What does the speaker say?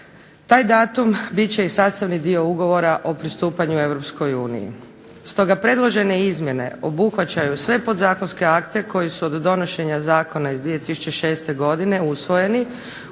Taj datum bit će i sastavni dio ugovora o pristupanju Europskoj uniji. Stoga predložene izmjene obuhvaćaju sve podzakonske akte koji su od donošenja zakona iz 2006. godine usvojeni,